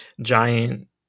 giant